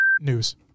news